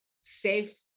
safe